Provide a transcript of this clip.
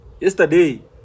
Yesterday